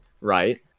right